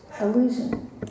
illusion